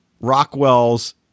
Rockwell's